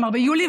כלומר ביולי,